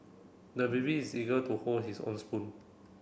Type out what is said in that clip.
the baby is eager to hold his own spoon